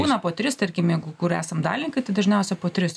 būna po tris tarkim jeigu kur esam dalininkai tai dažniausiai po tris